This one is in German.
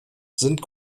sind